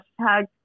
Hashtag